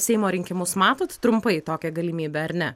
seimo rinkimus matot trumpai tokią galimybę ar ne